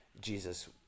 Jesus